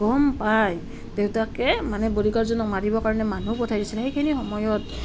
গম পাই দেউতাকে মানে বডিগাৰ্ডজনক মাৰিবৰ কাৰণে মানুহ পঠাই দিছিলে সেইখিনি সময়ত